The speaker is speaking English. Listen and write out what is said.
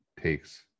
takes